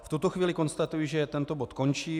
V tuto chvíli konstatuji, že tento bod končí.